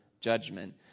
judgment